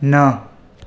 न